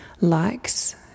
likes